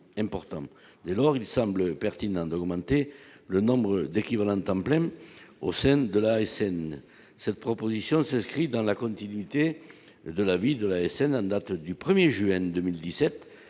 dès lors il semble pertinent d'augmenter le nombre d'équivalents temps plein, au sein de l'ASN cette proposition s'inscrit dans la continuité de l'avis de l'ASN, en date du 1er juin 2017